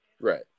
right